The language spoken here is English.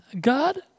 God